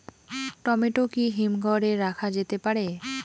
Tomato কি হিমঘর এ রাখা যেতে পারে?